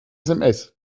sms